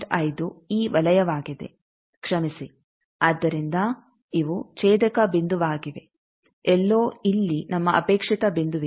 5 ಈ ವಲಯವಾಗಿದೆ ಕ್ಷಮಿಸಿ ಆದ್ದರಿಂದ ಇವು ಛೇದಕ ಬಿಂದುವಾಗಿವೆ ಎಲ್ಲೋ ಇಲ್ಲಿ ನಮ್ಮ ಅಪೇಕ್ಷಿತ ಬಿಂದುವಿದೆ